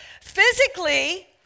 Physically